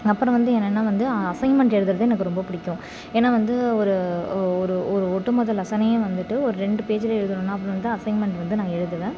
அப்புறம் வந்து என்னன்னால் வந்து அசைன்மெண்ட் எழுதுறது எனக்கு ரொம்ப பிடிக்கும் ஏன்னா வந்து ஒரு ஒரு ஒரு ஒட்டு மொத்த லெசனையும் வந்துட்டு ஒரு ரெண்டு பேஜில் எழுதணுன்னால் அப்புறம் வந்து அசைன்மெண்ட் வந்து நான் எழுதுவேன்